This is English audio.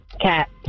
Cat